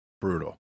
Brutal